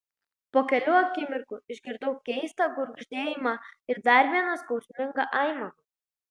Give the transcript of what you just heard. po kelių akimirkų išgirdau keistą gurgždėjimą ir dar vieną skausmingą aimaną